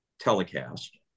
telecast